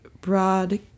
broad